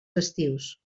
festius